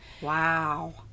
Wow